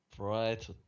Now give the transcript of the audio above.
Right